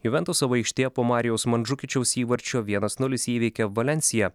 juventus savo aikštėje po marijaus mandžukičiaus įvarčio vienas nulis įveikė valensiją